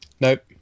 Nope